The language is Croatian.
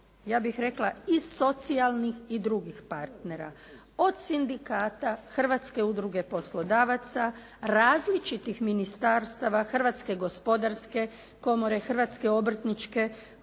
ja bih rekla i socijalnih i drugih partnera, od sindikata, Hrvatske udruge poslodavaca, različitih ministarstava, Hrvatske gospodarske komore, Hrvatske obrtničke